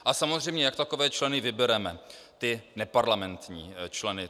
A samozřejmě jak takové členy vybereme, ty neparlamentní členy.